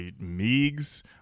Meigs